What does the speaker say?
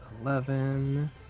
eleven